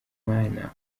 imana